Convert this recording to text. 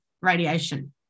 radiation